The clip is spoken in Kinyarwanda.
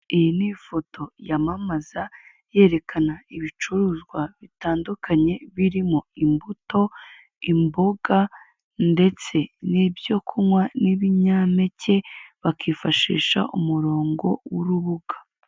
Iyi ni ifoto yamamaza, yerekana ibicuruzwa bitandukanye, birimo; imbuto, imboga, ndetse n'ibyo kunywa, n'ibinyampeke, bakifashisha umurongo w'urubuga.